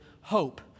hope